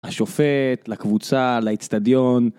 השופט, לקבוצה, לאיצטדיון.